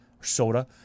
soda